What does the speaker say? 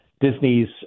Disney's